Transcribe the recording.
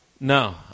No